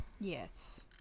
Yes